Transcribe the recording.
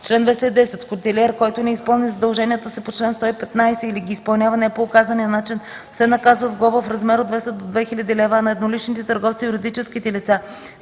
„Чл. 210. Хотелиер, който не изпълнява задълженията си по чл. 115 или ги изпълнява не по указания начин, се наказва с глоба в размер от 200 до 2000 лв., а на едноличните търговци и юридическите лица